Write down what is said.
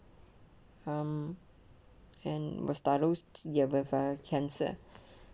um and nearby for cancer